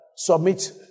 Submit